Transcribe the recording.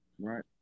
right